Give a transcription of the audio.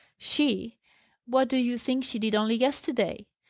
she what do you think she did only yesterday?